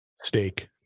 steak